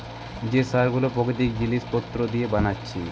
যে সার গুলো প্রাকৃতিক জিলিস পত্র দিয়ে বানাচ্ছে